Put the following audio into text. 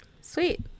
sweet